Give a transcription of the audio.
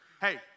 hey